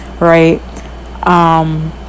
right